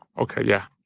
okay. yeah.